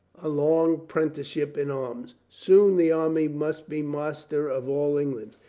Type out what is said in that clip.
a long prenticeship in arms. soon the army must be master of all england,